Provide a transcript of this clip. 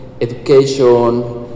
education